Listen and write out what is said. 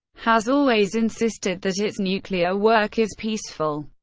has always insisted that its nuclear work is peaceful.